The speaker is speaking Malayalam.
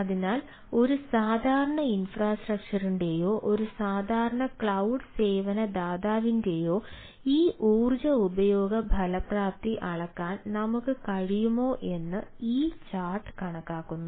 അതിനാൽ ഒരു സാധാരണ ഇൻഫ്രാസ്ട്രക്ചറിന്റെയോ സേവന ദാതാവിന്റെയോ ഈ ഊർജ്ജ ഉപയോഗ ഫലപ്രാപ്തി അളക്കാൻ നമുക്ക് കഴിയുമോ എന്ന് ഈ ചാർട്ട് കണക്കാക്കുന്നു